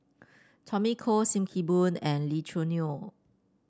Tommy Koh Sim Kee Boon and Lee Choo Neo